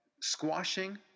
squashing